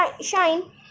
shine